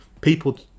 People